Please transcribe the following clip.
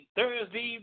Thursday